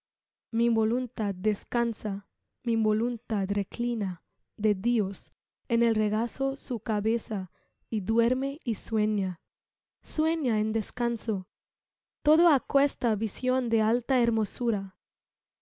mi voluntad descansa mi voluntad reclina de dios en el regazo su cabeza y duerme y sueña sueña en descanso toda aquesta visión de alta hermosura